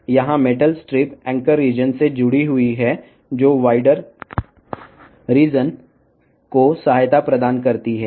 ఇక్కడ metal strip anchor ప్రాంతానికి అనుసంధానించబడి ఉంది ఇది విస్తృత ప్రాంతానికి మద్దతునిస్తుంది